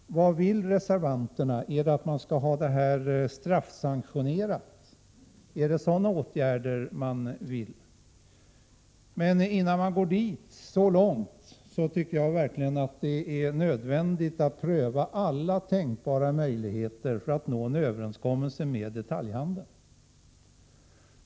Vad vill reservanterna? Skall man ha det hela straffsanktionerat? Är det åtgärder av den typen som man vill vidta? Innan man går så långt tycker jag verkligen att det är nödvändigt att pröva alla tänkbara möjligheter för att nå en överenskommelse med detaljhandeln.